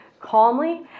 calmly